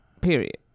Period